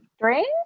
Drink